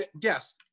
yes